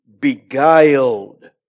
beguiled